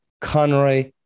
Conroy